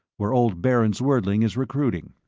where old baron zwerdling is recruiting.